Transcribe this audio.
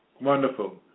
Wonderful